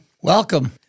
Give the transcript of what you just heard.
Welcome